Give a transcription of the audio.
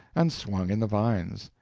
and swung in the vines.